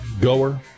goer